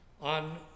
on